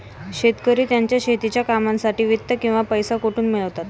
शेतकरी त्यांच्या शेतीच्या कामांसाठी वित्त किंवा पैसा कुठून मिळवतात?